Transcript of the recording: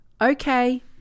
Okay